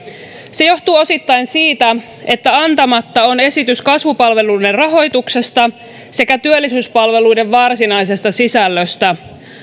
se johtuu osittain siitä että antamatta on esitys kasvupalveluiden rahoituksesta sekä työllisyyspalveluiden varsinaisesta sisällöstä